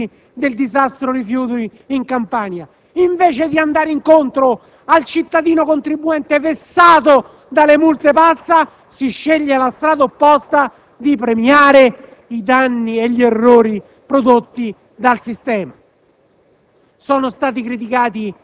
e agli sconti ai Comuni protagonisti del disastro rifiuti in Campania. Invece di andare incontro al cittadino contribuente, vessato dalla cosiddetta multa pazza, si sceglie la strada opposta, ossia premiare i danni e gli errori prodotti dal sistema.